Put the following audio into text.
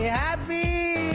happy